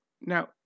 Now